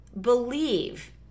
believe